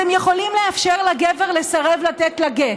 הם יכולים לאפשר לגבר לסרב לתת לה גט,